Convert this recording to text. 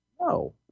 No